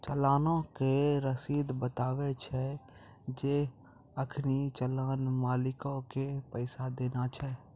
चलानो के रशीद बताबै छै जे अखनि चलान मालिको के पैसा देना छै